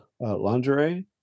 lingerie